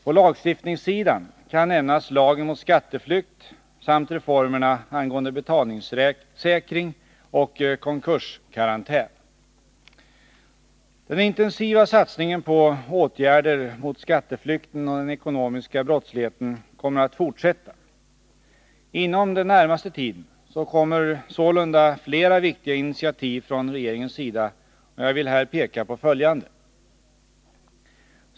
På lagstiftningssidan kan nämnas lagen mot skatteflykt samt reformerna angående betalningssäkring och konkurskarantän. Den intensiva satsningen på åtgärder mot skatteflykten och den ekonomiska brottsligheten kommer att fortsätta. Inom den närmaste tiden kommer sålunda flera viktiga initiativ från regeringens sida, och jag vill här peka på följande.